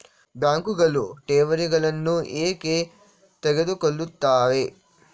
ಬ್ಯಾಂಕುಗಳು ಠೇವಣಿಗಳನ್ನು ಏಕೆ ತೆಗೆದುಕೊಳ್ಳುತ್ತವೆ?